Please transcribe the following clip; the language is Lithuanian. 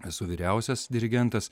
esu vyriausias dirigentas